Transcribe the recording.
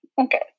Okay